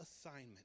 assignment